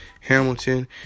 Hamilton